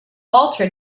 alter